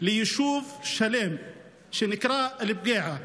ליישוב שלם שנקרא אל-בקעה.